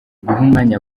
umwanya